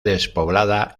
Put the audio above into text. despoblada